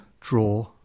draw